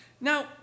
Now